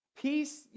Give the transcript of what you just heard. peace